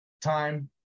time